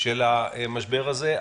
של המשבר הזה.